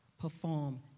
perform